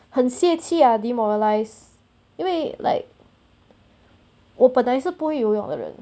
很泄气 ah demoralised 因为 like 我本来是不会游泳的人